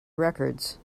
records